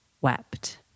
wept